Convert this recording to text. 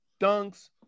Dunks